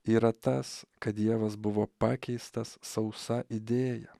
yra tas kad dievas buvo pakeistas sausa idėja